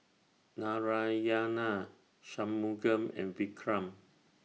Shunmugam and Vikram